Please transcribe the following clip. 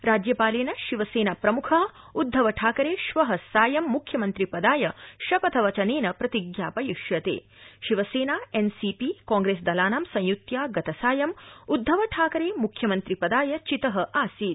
राज्यपाल शिवस प्रिमुख उद्धव ठाकर छिव सायं मुख्यमन्त्रिपदाय शपथवचना प्रतिज्ञापथिष्यता शिवसप्रिणन् सी पी कांप्रस्डिलाना संयुत्या गतसायं उद्धव ठाकरप्रिख्यमन्त्रिपदाय चित आसीत